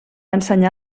ensenyar